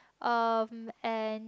um and